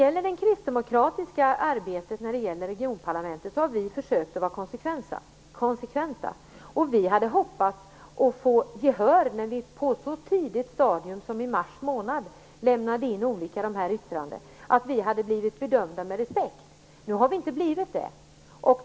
Vi kristdemokrater har i vårt arbete när det gäller regionparlamentet försökt att vara konsekventa. Vi hade hoppats att få gehör när vi så tidigt som i mars månad lämnade in de här olika yttrandena. Vi hade hoppats bli bemötta med respekt. Nu har vi inte blivit det.